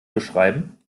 beschreiben